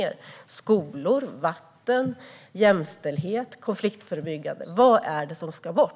Gäller det skolor, vatten, jämställdhet eller konfliktförebyggande? Vad är det som ska bort?